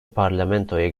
parlamentoya